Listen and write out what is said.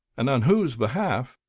and on whose behalf,